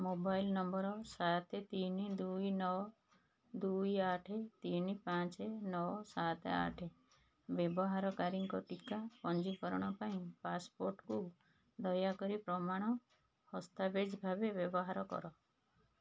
mobile number ସାତ ତିନି ଦୁଇ ନଅ ଦୁଇ ଆଠ ତିନି ପାଞ୍ଚ ନଅ ସାତ ଆଠ ବ୍ୟବହାରକାରୀଙ୍କ ଟିକା ପଞ୍ଜୀକରଣ ପାଇଁ ପାସ୍ପୋର୍ଟ୍କୁ ଦୟାକରି ପ୍ରମାଣ ଦସ୍ତାବିଜ ଭାବେ ବ୍ୟବହାର କର